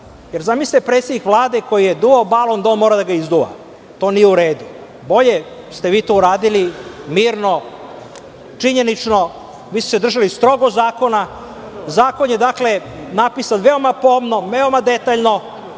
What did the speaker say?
Zamislite, predsednik Vlade koji je duvao balon, da on mora da ga izduva. To nije u redu. Bolje ste vi to uradili mirno, činjenično. Vi ste se držali strogo zakona. Zakon je napisan veoma pomno, veoma detaljno,